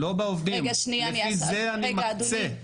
לא בעובדים, לפי זה אני מקצה.